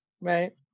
right